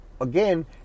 again